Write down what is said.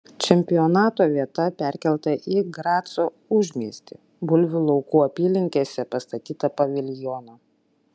čempionato vieta perkelta į graco užmiestį bulvių laukų apylinkėse pastatytą paviljoną